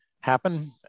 happen